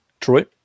Troy